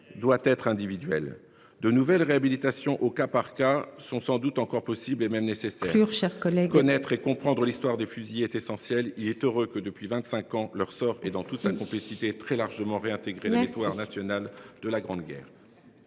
doit être individuel de nouvelles réhabilitation au cas par cas sont sans doute encore possible et même nécessaire. Chers collègues, connaître et comprendre l'histoire des fusils est essentiel, il est heureux que depuis 25 ans leur sort et dans toute sa complexité très largement réintégrer la mémoire nationale de la Grande Guerre.